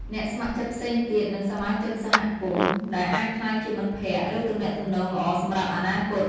អ្នកស្ម័គ្រចិត្តផ្សេងទៀត និងសមាជិកសហគមន៍ ដែលអាចក្លាយជាមិត្តភក្តិ ឬទំនាក់ទំនងល្អសម្រាប់អនាគត។